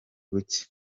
buke